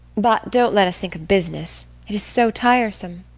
but don't let us think of business it is so tiresome.